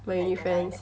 my uni friends